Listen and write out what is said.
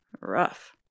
rough